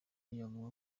yavuga